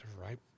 Right